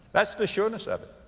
that's the sureness of it.